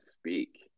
speak